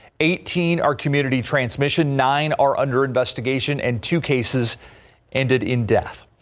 eighteen our community transmission nine are under investigation and two cases ended in death.